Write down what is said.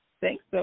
thanks